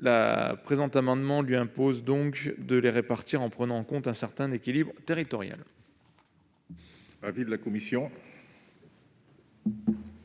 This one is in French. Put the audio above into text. le présent amendement vise donc à lui imposer de les répartir en prenant en compte un certain équilibre territorial.